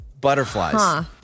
Butterflies